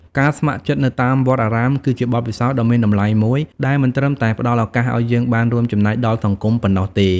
ការស្ម័គ្រចិត្តនៅតាមវត្តអារាម គឺជាបទពិសោធន៍ដ៏មានតម្លៃមួយ ដែលមិនត្រឹមតែផ្ដល់ឱកាសឱ្យយើងបានរួមចំណែកដល់សង្គមប៉ុណ្ណោះទេ ។